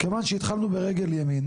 כיוון שהתחלנו ברגל ימין